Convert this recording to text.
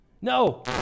No